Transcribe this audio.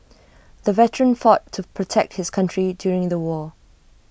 the veteran fought to protect his country during the war